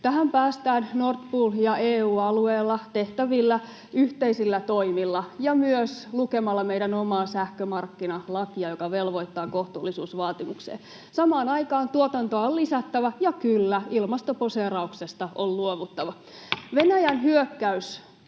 Tähän päästään Nord Poolin ja EU-alueella tehtävillä yhteisillä toimilla ja myös lukemalla meidän omaa sähkömarkkinalakia, joka velvoittaa kohtuullisuusvaatimukseen. Samaan aikaan tuotantoa on lisättävä, ja kyllä, ilmastoposeerauksesta on luovuttava. [Puhemies